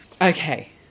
Okay